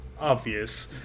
obvious